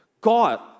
God